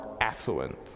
affluent